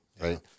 right